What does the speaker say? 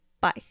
Bye